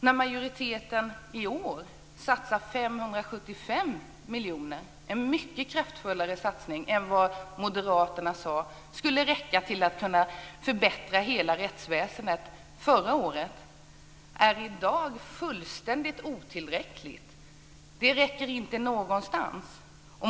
När majoriteten i år satsar 575 miljoner, en mycket kraftfullare satsning än den Moderaterna sade skulle räcka till att förbättra hela rättsväsendet förra året, heter det i dag att det är fullständigt otillräckligt. Det räcker inte någonstans.